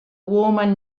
woman